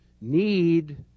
need